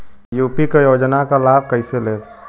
UP क योजना क लाभ कइसे लेब?